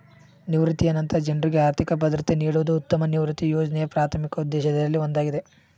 ನಿವೃತ್ತಿಯ ನಂತ್ರ ಜನ್ರುಗೆ ಆರ್ಥಿಕ ಭದ್ರತೆ ನೀಡುವುದು ಉತ್ತಮ ನಿವೃತ್ತಿಯ ಯೋಜ್ನೆಯ ಪ್ರಾಥಮಿಕ ಉದ್ದೇಶದಲ್ಲಿ ಒಂದಾಗಿದೆ